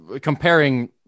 comparing